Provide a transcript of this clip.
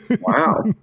wow